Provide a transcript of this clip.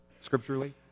scripturally